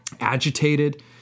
Agitated